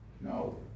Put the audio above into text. No